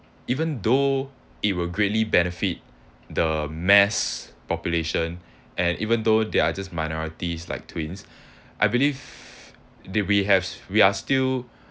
even though it will greatly benefit the mass population and even though they are just minorities like twins I believe that we have we are still